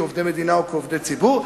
כעובדי מדינה או כעובדי ציבור.